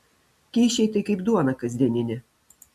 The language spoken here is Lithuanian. kyšiai tai kaip duona kasdieninė